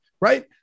Right